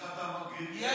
איך אתה מגדיר מקרים חריגים?